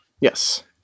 Yes